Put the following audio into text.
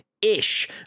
ish